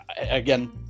again